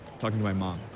talking to my mom.